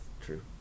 true